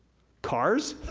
cars?